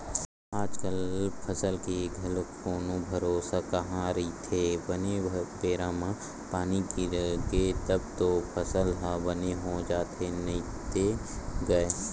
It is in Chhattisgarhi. आजकल फसल के घलो कोनो भरोसा कहाँ रहिथे बने बेरा म पानी गिरगे तब तो फसल ह बने हो जाथे नइते गय